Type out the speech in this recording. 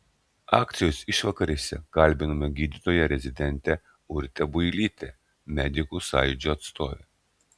akcijos išvakarėse kalbinome gydytoją rezidentę urtę builytę medikų sąjūdžio atstovę